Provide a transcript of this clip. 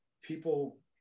people